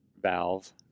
valve